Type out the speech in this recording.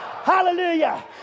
Hallelujah